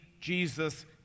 Jesus